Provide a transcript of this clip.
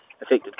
affected